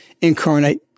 incarnate